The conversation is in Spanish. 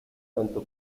tanto